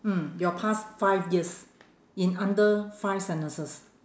mm your past five years in under five sentences